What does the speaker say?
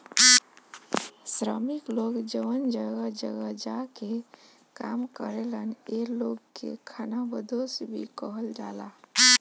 श्रमिक लोग जवन जगह जगह जा के काम करेलन ए लोग के खानाबदोस भी कहल जाला